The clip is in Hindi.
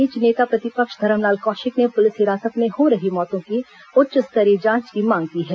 इस बीच नेता प्रतिपक्ष धरमलाल कौशिक ने पुलिस हिरासत में हो रही मौतों की उच्च स्तरीय जांच की मांग की है